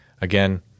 Again